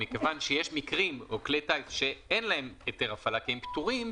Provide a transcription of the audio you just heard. וכיוון שיש מקרים או כלי טיס שאין להם היתר הפעלה כי הם פטורים,